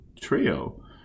trio